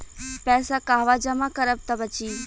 पैसा कहवा जमा करब त बची?